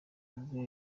rwe